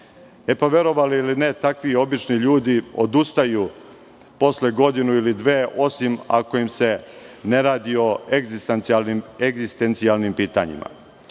vlasnik. Verovali ili ne, takvi obični ljudi odustaju posle godinu ili dve, osim ako im se ne radi o egzistencijalnim pitanjima,